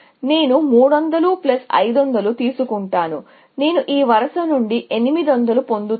నేను 300500 తీసుకుంటాను నేను ఈ వరుస నుండి 800 పొందుతాను